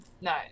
no